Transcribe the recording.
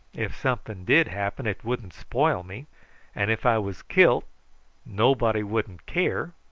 if something did happen, it wouldn't spoil me and if i was killed nobody wouldn't care.